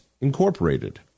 Incorporated